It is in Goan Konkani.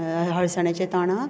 हळसाण्याचें तोंडाक